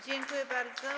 Dziękuję bardzo.